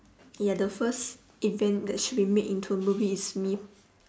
ya the first event that should be made into movie is me